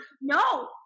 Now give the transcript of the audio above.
no